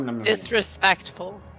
disrespectful